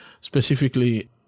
specifically